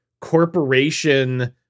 corporation